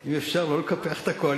אני מבקש: אם אפשר, לא לקפח את הקואליציה.